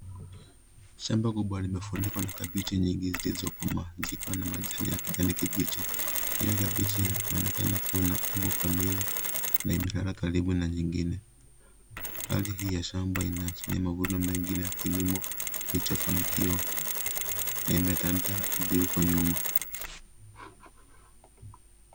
Shamba kubwa limefunikwa na kabeji nyingi zilizo komaa zikiwa na majani ya kijani kibichi. Kila kabeji inaonekana kuwa na umbo kamili na imelala karibu na nyingine hali hii ya shamba ina ashiria mavuno mengi na kilimo kilicho fanikiwa na imetandaa hadi huko nyuma.